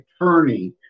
attorney